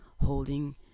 holding